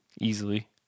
Easily